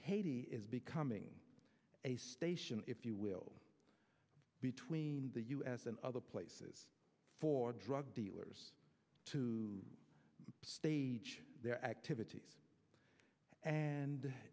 haiti is becoming a station if you will between the u s and other places for drug dealers to stage their activities and